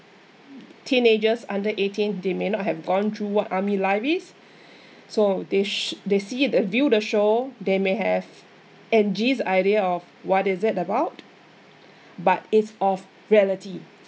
teenagers under eighteen they may not have gone through what army life is so they shou~ they see it the view the show they may have an gist idea of what is it about but it's of reality